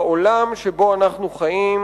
בעולם שבו אנו חיים